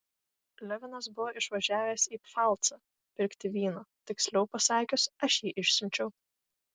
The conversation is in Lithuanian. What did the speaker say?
levinas buvo išvažiavęs į pfalcą pirkti vyno tiksliau pasakius aš jį išsiunčiau